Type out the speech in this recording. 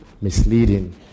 misleading